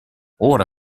ora